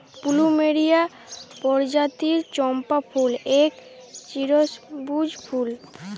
plumeria পরজাতির চম্পা ফুল এক চিরসব্যুজ ফুল